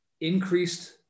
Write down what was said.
increased